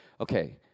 Okay